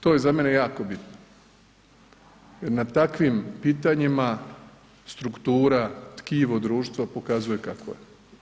To je za mene jako bitno jer na takvim pitanjima struktura, tkivo društva pokazuje kakvo je.